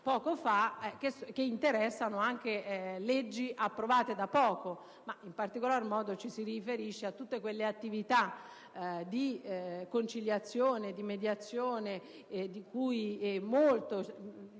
poco fa e che interessano leggi approvate da poco. In particolar modo, ci si riferisce a tutte quelle attività di conciliazione, di mediazione, che servono molto